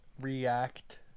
react